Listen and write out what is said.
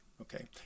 Okay